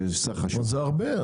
נו זה הרבה.